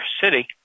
city